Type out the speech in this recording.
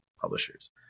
publishers